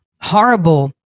horrible